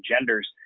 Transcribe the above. genders